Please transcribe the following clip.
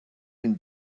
can